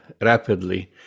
rapidly